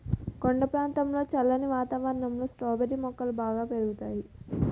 కొండ ప్రాంతంలో చల్లని వాతావరణంలో స్ట్రాబెర్రీ మొక్కలు బాగా పెరుగుతాయి